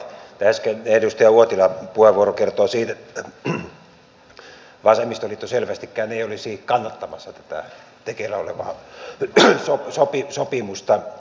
tämä äskeinen edustaja uotilan puheenvuoro kertoi siitä että vasemmistoliitto selvästikään ei olisi kannattamassa tätä tekeillä olevaa sopimusta